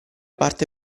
parte